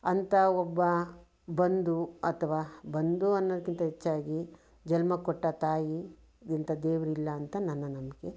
ಅಂತ ಒಬ್ಬ ಬಂಧು ಅಥವ ಬಂಧು ಅನ್ನೋದ್ಕಿಂತ ಹೆಚ್ಚಾಗಿ ಜನ್ಮ ಕೊಟ್ಟ ತಾಯಿಗಿಂತ ದೇವರಿಲ್ಲ ಅಂತ ನನ್ನ ನಂಬಿಕೆ